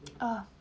uh